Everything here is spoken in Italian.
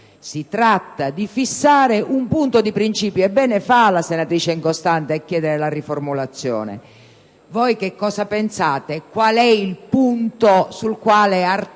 si tratta di fissare un punto di principio, e bene fa la senatrice Incostante a chiedere la riformulazione. Voi cosa pensate? Qual è il punto sul quale articolate